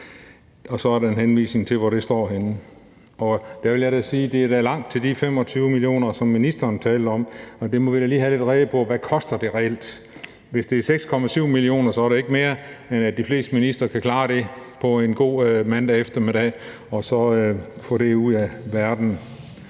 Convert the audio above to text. er der en henvisning til, hvor det står henne. Der vil jeg da sige, at der er langt til de 25 mio. kr., som ministeren talte om, og vi må da lige have lidt rede på, hvad det reelt koster. Hvis det er 6,7 mio. kr., er det ikke mere, end at de fleste ministre kan klare det på en god mandag eftermiddag og så få det ud af verden.